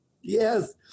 Yes